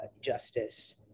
justice